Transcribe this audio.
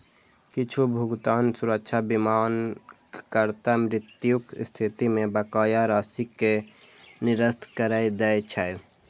किछु भुगतान सुरक्षा बीमाकर्ताक मृत्युक स्थिति मे बकाया राशि कें निरस्त करै दै छै